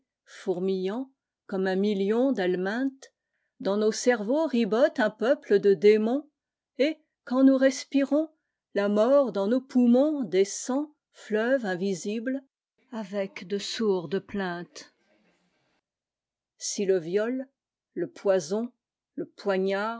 fourmillant comme un million d'helminthes dans nos cerveaux ribote un peuple de démons et quand nous respirons la mort dans nos poumonsdescend fleuve invisible avec de sourdes plaintes si le viol le poison le poignard